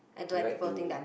you like to